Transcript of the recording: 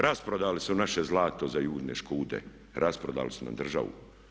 Rasprodali su naše zlato za Judine škude, rasprodali su nam državu.